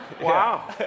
Wow